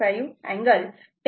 35 angle 10